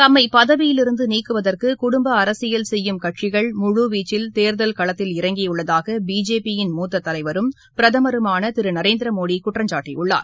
தம்மை பதவியிலிருந்து நீக்குவதற்கு குடும்ப அரசியல் செய்யும் கட்சிகள் முழு வீச்சில் தேர்தல் களத்தில் இறங்கியுள்ளதாக பிஜேபியின் மூத்த தலைவரும் பிரதமருமான திரு நரேந்திர மோடி குற்றம்சாட்டியுள்ளார்